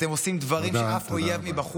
תודה, תודה רבה.